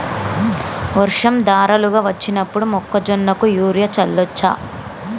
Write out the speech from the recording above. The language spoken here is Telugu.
వర్షం ధారలుగా వచ్చినప్పుడు మొక్కజొన్న కు యూరియా చల్లచ్చా?